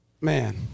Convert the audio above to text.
man